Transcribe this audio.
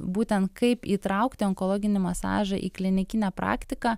būtent kaip įtraukti onkologinį masažą į klinikinę praktiką